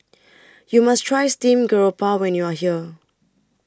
YOU must Try Steamed Garoupa when YOU Are here